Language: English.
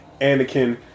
Anakin